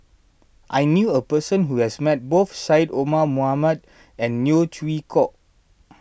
I knew a person who has met both Syed Omar Mohamed and Neo Chwee Kok